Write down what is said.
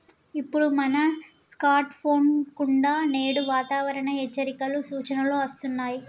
ఇప్పుడు మన స్కార్ట్ ఫోన్ల కుండా నేడు వాతావరణ హెచ్చరికలు, సూచనలు అస్తున్నాయి